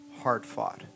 hard-fought